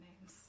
names